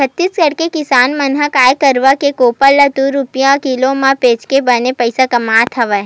छत्तीसगढ़ के किसान मन गाय गरूवय के गोबर ल दू रूपिया किलो म बेचके बने पइसा कमावत हवय